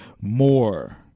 more